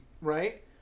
right